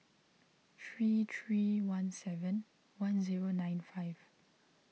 three three one seven one zero nine five